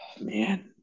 Man